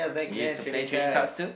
you used to play trading cards too